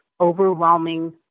overwhelming